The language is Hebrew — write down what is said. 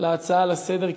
להצעה לסדר-היום,